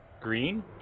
green